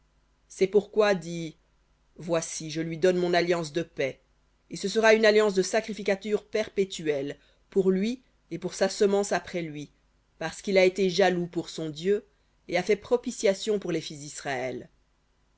c'est pourquoi dis voici je lui donne mon alliance de paix et ce sera une alliance de sacrificature perpétuelle pour lui et pour sa semence après lui parce qu'il a été jaloux pour son dieu et a fait propitiation pour les fils d'israël